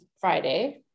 Friday